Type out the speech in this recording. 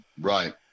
Right